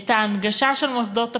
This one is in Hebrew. את ההנגשה של מוסדות הפטור.